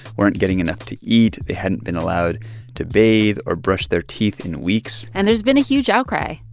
weren't getting enough to eat. they hadn't been allowed to bathe or brush their teeth in weeks and there's been a huge outcry.